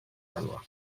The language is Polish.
była